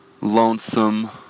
Lonesome